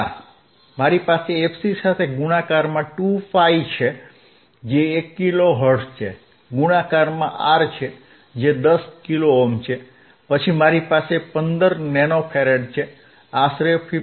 મારી પાસે fc સાથે ગુણાકારમાં 2 પાઇ છે જે 1 કિલો હર્ટ્ઝ છે ગુણાકારમાં R છે જે 10 કિલો ઓહ્મ છે પછી મારી પાસે 15 નેનો ફેરેડે આશરે 15